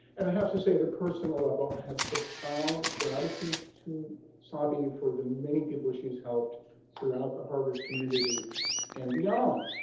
and i have to say at a personal level, i have profound gratitude to sabi for the many people she's helped throughout the harvard community and beyond.